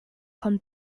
von